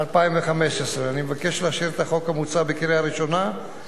2015. אני מבקש לאשר את החוק המוצע בקריאה ראשונה,